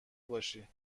باشی